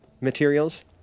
materials